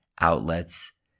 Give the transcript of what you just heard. outlets